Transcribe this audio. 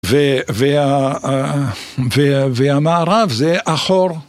ו.. וה.. ה.. וה.. והמערב זה אחור.